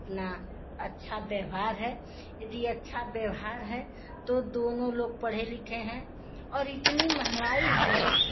अपना अच्छा व्यवहार है यदि अच्छा व्यवहार है तो दोनों लोग पढ़े लिखे हैं और इतनी महँगाई है